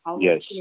Yes